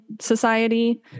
society